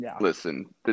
listen